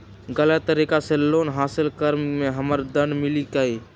गलत तरीका से लोन हासिल कर्म मे हमरा दंड मिली कि?